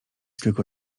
tylko